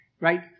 right